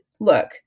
look